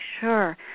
sure